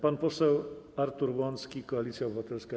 Pan poseł Artur Łącki, Koalicja Obywatelska.